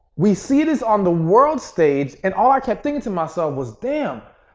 we see this on the world stage and all i kept thinking to myself was damn!